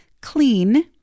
CLEAN